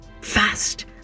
fast